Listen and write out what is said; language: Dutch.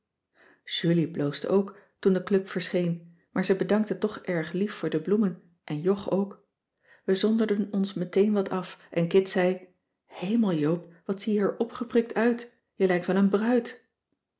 julie bloosde ook toen de club verscheen maar ze bedankte toch erg lief voor de bloemen en jog ook we zonderden ons meteen wat af en kit zei hemel joop wat zie je er opgeprikt uit je lijkt wel een bruid